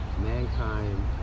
Mankind